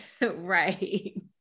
Right